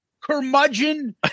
curmudgeon